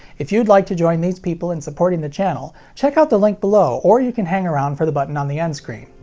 if you'd like to join these people in supporting the channel, check out the link below or you can hang around for the button on the endscreen.